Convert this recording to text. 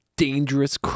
Dangerous